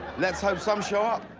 let's hope some showup.